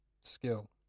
skill